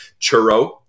churro